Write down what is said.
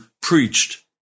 preached